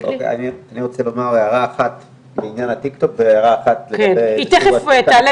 אני רוצה לומר הערה אחת לעניין הטיקטוק והערה אחת --- היא תיכף תעלה.